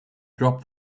drop